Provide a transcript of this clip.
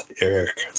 Eric